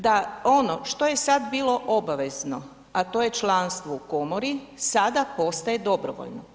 Da ono što je sada bilo obavezno, a to je članstvo u komori, sada postaje dobrovoljno.